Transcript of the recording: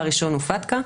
והראשון הוא פתק"א.